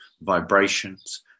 vibrations